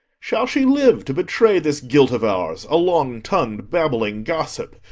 shall she live to betray this guilt of ours a long-tongu'd babbling gossip?